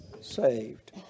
saved